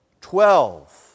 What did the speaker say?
Twelve